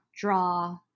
draw